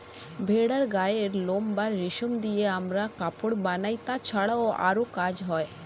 ভেড়ার গায়ের লোম বা রেশম দিয়ে আমরা কাপড় বানাই, তাছাড়াও আরো কাজ হয়